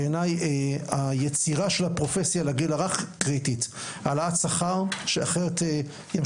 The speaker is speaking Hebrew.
תביני, הכעס פה, הזעם פה, זה על זה שבאמת לא